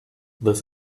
this